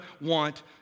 want